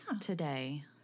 today